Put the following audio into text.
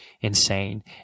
insane